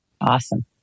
Awesome